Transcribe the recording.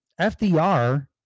FDR